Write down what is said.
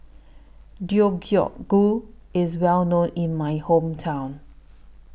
Deodeok Gu IS Well known in My Hometown